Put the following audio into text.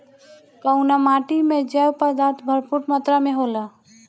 कउना माटी मे जैव पदार्थ भरपूर मात्रा में होला?